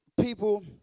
people